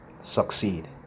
succeed